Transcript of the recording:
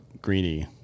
Greedy